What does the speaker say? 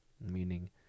meaning